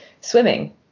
swimming